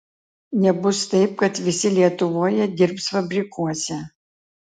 nebus taip kad visi lietuvoje dirbs fabrikuose